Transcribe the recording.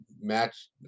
Match